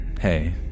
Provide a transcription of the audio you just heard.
hey